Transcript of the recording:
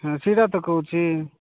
ହଁ ସେଇଟା ତ କହୁଛି